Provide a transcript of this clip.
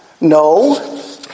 No